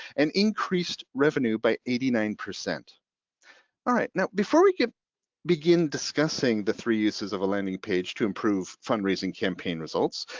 and increased revenue by eighty nine. all ah right now before we can begin discussing the three uses of a landing page to improve fundraising campaign results,